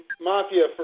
mafia